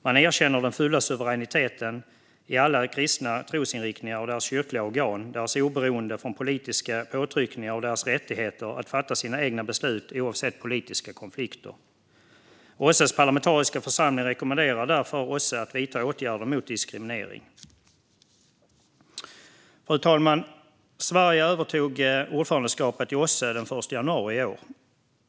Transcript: Man erkänner den fulla suveräniteten i alla kristna trosinriktningar och deras kyrkliga organ, deras oberoende från politiska påtryckningar och deras rättigheter att fatta sina egna beslut oavsett politiska konflikter. OSSE:s parlamentariska församling rekommenderar därför OSSE att vidta åtgärder mot diskriminering. Fru talman! Sverige övertog ordförandeskapet i OSSE den 1 januari i år.